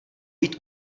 být